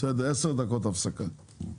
10 דקות הפסקה.